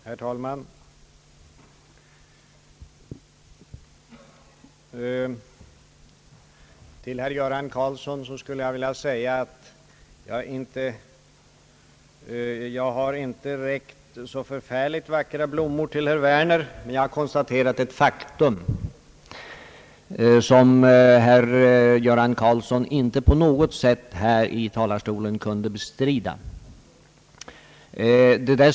Herr talman! Till herr Göran Karlsson skulle jag vilja säga att jag inte har räckt några väldigt vackra blommor till herr Werner — jag har konstaterat ett faktum som herr Göran Karlsson inte på något sätt kunde bestrida här i talarstolen.